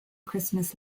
christmas